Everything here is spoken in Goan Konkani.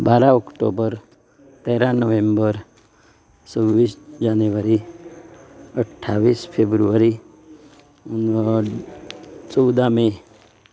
बारा ऑक्टोबर तेरा नोव्हेंबर सव्वीस जानेवारी अठ्ठावीस फेब्रुवारी चवदा मे